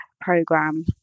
program